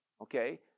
okay